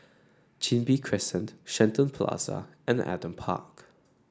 Chin Bee Crescent Shenton Plaza and Adam Park